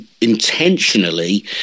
intentionally